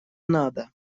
надо